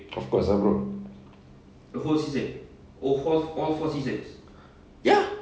of course ah bro ya